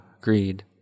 greed